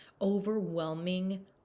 overwhelming